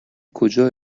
کجا